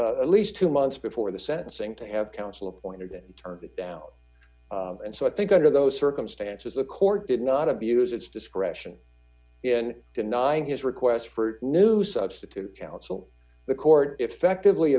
opportunity at least two months before the sentencing to have counsel appointed it turned it down and so i think under those circumstances the court did not abuse its discretion in denying his request for new substitute counsel the court effectively